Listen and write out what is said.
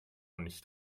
nicht